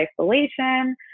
isolation